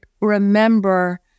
remember